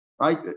right